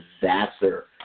disaster